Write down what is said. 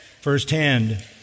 firsthand